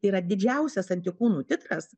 tai yra didžiausias antikūnų titras